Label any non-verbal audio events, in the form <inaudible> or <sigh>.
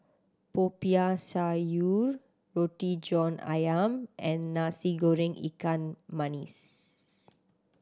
Popiah Sayur Roti John Ayam and Nasi Goreng ikan <unintelligible>